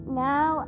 now